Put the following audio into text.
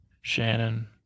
Shannon